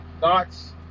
thoughts